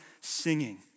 singing